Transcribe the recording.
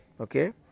okay